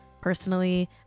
Personally